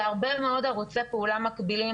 אלה הרבה מאוד ערוצי פעולה מקבילים,